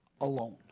alone